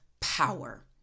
power